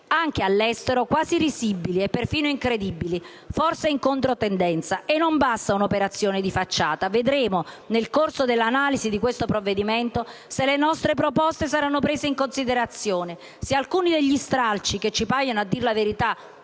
anche all'estero, quasi risibili e perfino incredibili, forse in controtendenza. E non basta una operazione di facciata: vedremo nel corso dell'analisi di questo provvedimento se le nostre proposte saranno prese in considerazione, e come ho già detto, se alcuni degli stralci, che ci paiono a dir la verità